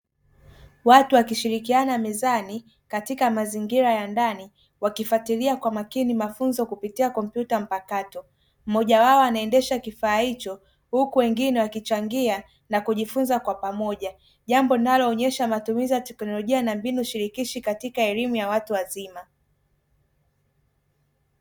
Watu wakishirikiana mezani katika mazingira ya ndani wakifatilia kwa makini mafunzo kupitia kompyuta mpakato, mmoja wao anaendesha kifaa hicho huku wengine wakichangia na kujifunza kwa pamoja jambo linaloonyesha matumizi ya teknolojia na mbinu shirikishi katika elimu ya watu wazima.